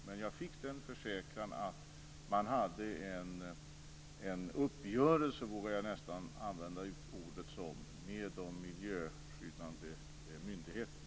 Men jag fick en försäkran om att man hade en, jag vågar nästan använda ordet uppgörelse med de miljöskyddande myndigheterna.